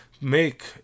Make